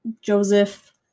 Joseph